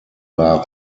war